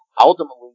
ultimately